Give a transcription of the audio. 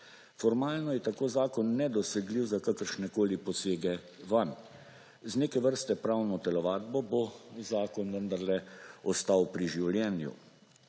Formalno je tako zakon nedosegljiv za kakršnekoli posege vanj. Z neke vrste pravno telovadbo bo zakon vendarle ostal pri življenju.